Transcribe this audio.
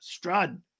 Strud